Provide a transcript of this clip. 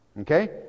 okay